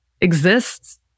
exists